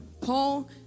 Paul